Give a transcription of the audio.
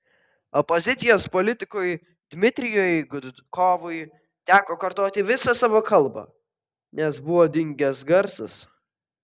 opozicijos politikui dmitrijui gudkovui teko kartoti visą savo kalbą nes buvo dingęs garsas